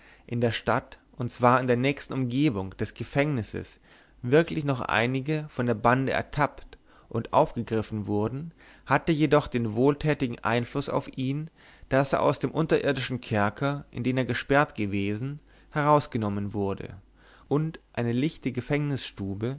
in der stadt und zwar in der nächsten umgebung des gefängnisses wirklich noch einige von der bande ertappt und aufgegriffen wurden hatte jedoch den wohltätigen einfluß auf ihn daß er aus dem unterirdischen kerker in den er gesperrt gewesen herausgenommen wurde und eine lichte gefängnisstube